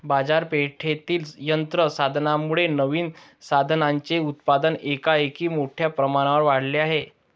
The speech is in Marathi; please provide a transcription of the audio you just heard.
बाजारपेठेतील यंत्र साधनांमुळे नवीन साधनांचे उत्पादन एकाएकी मोठ्या प्रमाणावर वाढले आहे